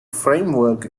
framework